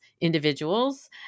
individuals